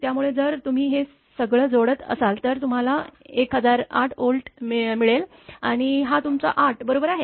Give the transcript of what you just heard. त्यामुळे जर तुम्ही हे सगळं जोडत असाल तर तुम्हाला 1008 व्होल्ट मिळेल आणि हा तुमचा 8 बरोबर आहे